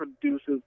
produces